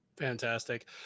Fantastic